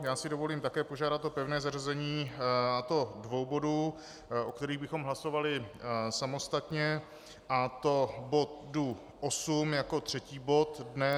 Já si dovolím také požádat o pevné zařazení, a to dvou bodů, o kterých bychom hlasovali samostatně, a to bodu 8 jako třetí bod dnes.